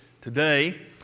today